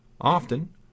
Often